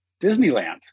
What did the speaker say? Disneyland